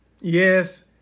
Yes